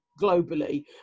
globally